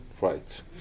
rights